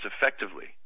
effectively